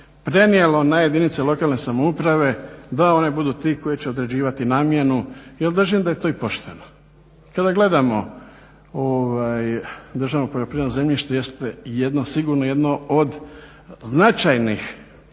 prenijelo na jedinice lokalne samouprave da one budu ti koji će određivati namjenu. Ja držim da je to i pošteno. Kada gledamo državno poljoprivredno zemljište jeste jedno sigurno jedno od značajnih